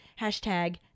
hashtag